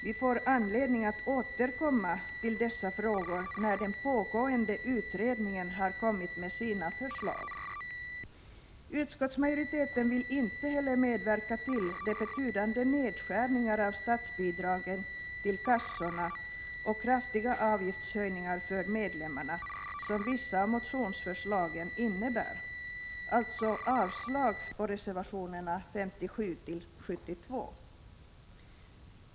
Vi får anledning att återkomma till dessa frågor när den pågående utredningen har kommit med sina förslag. Utskottsmajoriteten vill inte heller medverka till de betydande nedskärningar av statsbidragen till kassorna och de kraftiga avgiftshöjningar för medlemmarna som vissa av motionsförslagen innebär. Jag yrkar därför avslag på reservationerna 57-72.